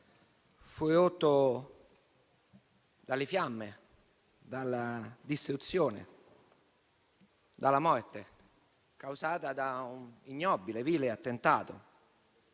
fu rotto dalle fiamme, dalla distruzione e dalla morte, causata da un ignobile, vile attentato: